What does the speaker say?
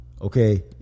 okay